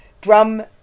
drum